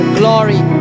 glory